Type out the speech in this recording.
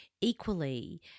equally